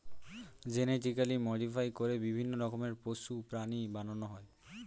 genetically modify করে বিভিন্ন রকমের পশু, প্রাণী বানানো হয়